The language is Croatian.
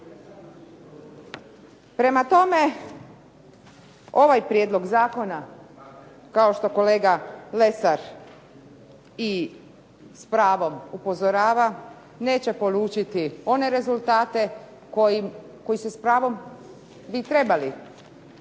Prema tome, ovaj prijedlog zakona, kao što kolega Lesar i s pravom upozorava, neće polučiti one rezultate koji se s pravom bi trebali